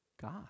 God